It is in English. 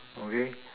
okay